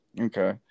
Okay